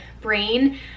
brain